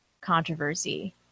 controversy